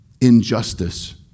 injustice